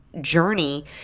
journey